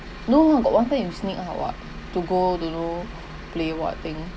no lah got one time you sneak out [what] to go don't know play what thing